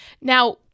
Now